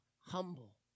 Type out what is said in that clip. humble